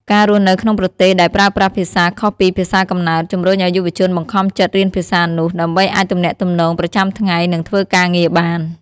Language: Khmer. ការរស់នៅក្នុងប្រទេសដែលប្រើប្រាស់ភាសាខុសពីភាសាកំណើត ជំរុញឱ្យយុវជនបង្ខំចិត្តរៀនភាសានោះ ដើម្បីអាចទំនាក់ទំនងប្រចាំថ្ងៃ និងធ្វើការងារបាន។